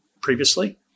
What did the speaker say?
previously